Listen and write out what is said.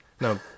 No